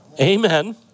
Amen